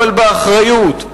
אבל באחריות,